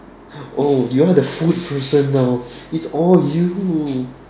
oh you are the food person now it's all you